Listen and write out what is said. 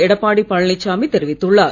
எடப்பாடி பழனிசாமி தெரிவித்துள்ளார்